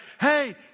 hey